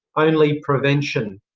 only prevention.